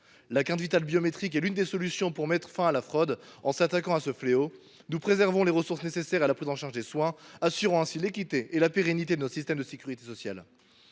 La carte Vitale biométrique est l’une des solutions pour mettre fin à la fraude. En nous attaquant à ce fléau, nous préserverons les ressources nécessaires à la prise en charge des soins, assurant ainsi l’équité et la pérennité de notre système de sécurité sociale.